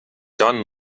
john